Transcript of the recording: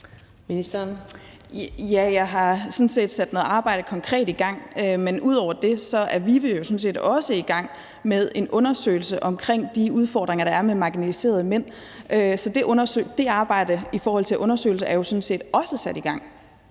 set sat noget arbejde konkret i gang, men ud over det er VIVE jo sådan set også i gang med en undersøgelse af de udfordringer, der er med marginaliserede mænd. Så det arbejde i forhold til undersøgelser er jo sådan set også sat i gang.